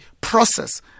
process